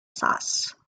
sauce